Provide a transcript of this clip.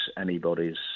anybody's